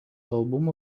albumo